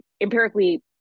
empirically